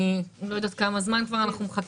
ואני לא יודעת כמה זמן אנחנו מחכים.